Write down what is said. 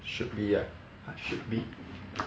should be ah should be